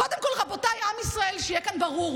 קודם כול, רבותיי עם ישראל, שיהיה כאן ברור: